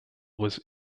was